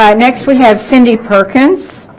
ah next we have cindy perkins